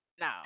no